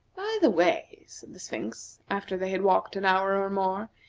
by the way, said the sphinx, after they had walked an hour or more,